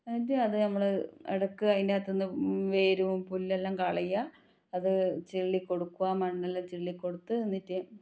എന്നിട്ട് അത് നമ്മൾ ഇടയ്ക്ക് അതിന്റകത്ത്ന്ന് വരും പുല്ലെല്ലാം കളയുക അത് ചിള്ളി കൊടുക്കുക മണ്ണിൽ ചിള്ളി കൊടുത്ത് എന്നിട്ട്